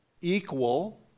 equal